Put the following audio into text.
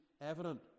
evident